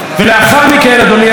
אדוני היושב-ראש,